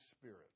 Spirit